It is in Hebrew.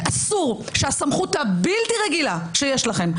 שאסור שהסמכות הבלתי רגילה שיש לכם,